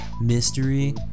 mystery